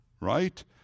right